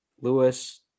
Lewis